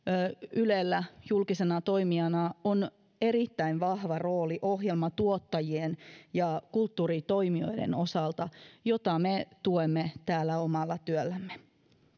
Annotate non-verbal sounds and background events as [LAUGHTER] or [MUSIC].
ylellä julkisena toimijana on erittäin vahva rooli ohjelmatuottajien [UNINTELLIGIBLE] ja kulttuuritoimijoiden osalta [UNINTELLIGIBLE] mitä me tuemme täällä omalla työllämme